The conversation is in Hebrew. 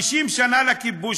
50 שנה לכיבוש,